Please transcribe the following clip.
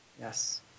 Yes